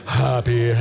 happy